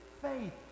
faith